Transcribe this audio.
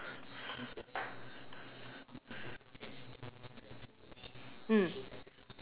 mm